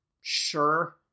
Sure